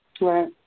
Right